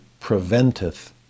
preventeth